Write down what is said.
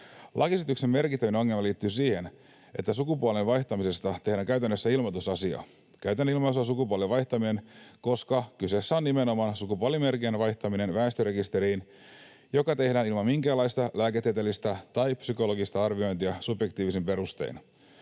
Lakiesityksen merkittävin ongelma liittyy siihen, että sukupuolen vaihtamisesta tehdään käytännössä ilmoitusasia. Käytän ilmaisua ”sukupuolen vaihtaminen”, koska kyseessä on nimenomaan sukupuolimerkinnän väestörekisteriin vaihtaminen, joka tehdään ilman minkäänlaista lääketieteellistä tai psykologista arviointia subjektiivisin perustein.